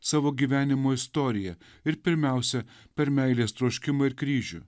savo gyvenimo istoriją ir pirmiausia per meilės troškimą ir kryžių